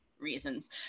reasons